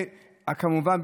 וכמובן,